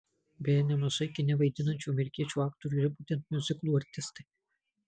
beje nemažai kine vaidinančių amerikiečių aktorių yra būtent miuziklų artistai